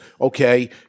okay